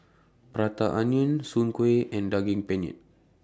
Prata Onion Soon Kueh and Daging Penyet